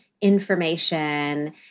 information